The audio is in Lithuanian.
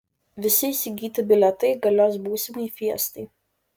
visi įsigyti bilietai galios būsimai fiestai